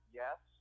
yes